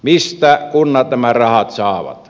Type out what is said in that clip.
mistä kunnat nämä rahat saavat